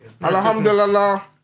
Alhamdulillah